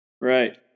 Right